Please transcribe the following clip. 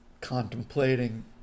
contemplating